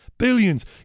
billions